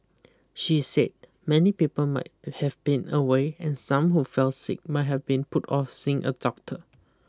she said many people might have been away and some who fell sick might have put off seeing a doctor